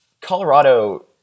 Colorado